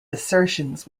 assertions